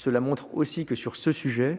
Cela montre aussi que sur ce sujet